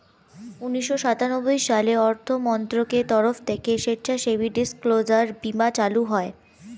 উন্নিশো সাতানব্বই সালে অর্থমন্ত্রকের তরফ থেকে স্বেচ্ছাসেবী ডিসক্লোজার বীমা চালু হয়